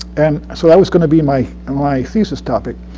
and so was going to be my and my thesis topic